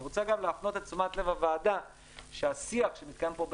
אני רוצה גם להפנות את תשומת לב הוועדה שהשיח שמתקיים פה,